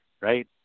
right